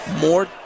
more